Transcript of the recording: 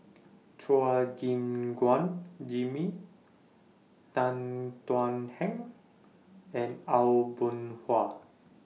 Chua Gim Guan Jimmy Tan Thuan Heng and Aw Boon Haw